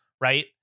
right